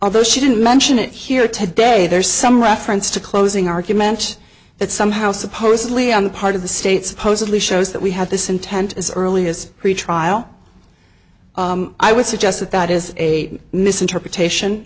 although she didn't mention it here today there's some reference to closing arguments that somehow supposedly on the part of the state's pose of the shows that we had this intent as early as the trial i would suggest that that is a misinterpretation